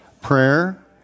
Prayer